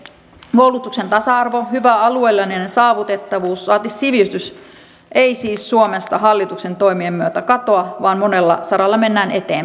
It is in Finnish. koulutuksen tasa arvo hyvä alueellinen saavutettavuus saati sivistys ei siis suomesta hallituksen toimien myötä katoa vaan monella saralla mennään eteenpäin